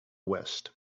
west